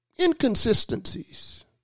inconsistencies